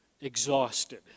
exhausted